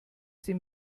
sie